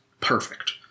perfect